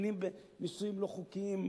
מתחתנים בנישואים לא חוקיים,